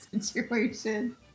situation